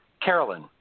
Carolyn